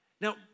Now